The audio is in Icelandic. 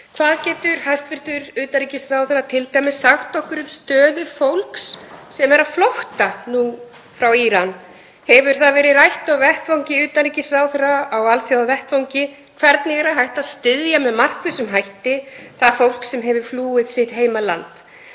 Hvað getur hæstv. utanríkisráðherra t.d. sagt okkur um stöðu fólks sem er á flótta nú frá Íran? Hefur það verið rætt á vettvangi utanríkisráðherra á alþjóðavettvangi hvernig hægt er að styðja með markvissum hætti það fólk sem hefur flúið sitt heimaland?